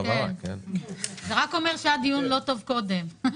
זה רק אומר שהיה דיון לא טוב קודם.